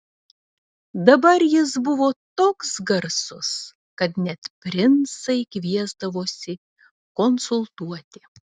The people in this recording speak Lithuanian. dabar jis buvo toks garsus kad net princai kviesdavosi konsultuoti